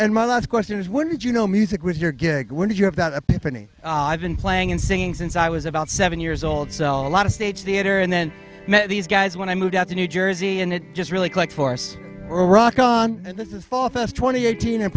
and my last question is when did you know music was your gig when did you have that opinion i've been playing and singing since i was about seven years old sell a lot of stage the enter and then these guys when i moved out to new jersey and it just really clicked force or rock on and this is for first twenty eighteen